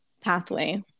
pathway